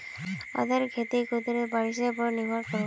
अदरकेर खेती कुदरती बारिशेर पोर निर्भर करोह